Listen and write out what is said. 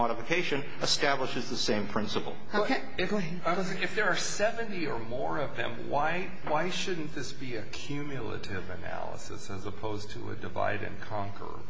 modification establishes the same principle ok if i don't see if there are seventy or more of them why why shouldn't this be a cumulative analysis as opposed to a divide and conquer